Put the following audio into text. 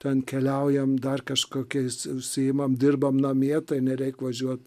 ten keliaujam dar kažkokiais užsiimam dirbame namie tai nereik važiuoti